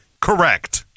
Correct